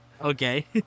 Okay